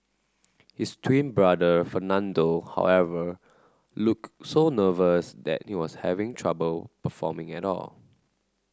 his twin brother Fernando however looked so nervous that he was having trouble performing at all